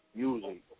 music